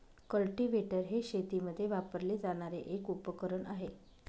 cultivator हे शेतीमध्ये वापरले जाणारे एक उपकरण आहे